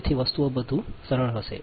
તેથી વસ્તુઓ વધુ સરળ હશે